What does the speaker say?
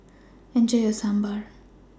Enjoy your Sambar